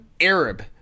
Arab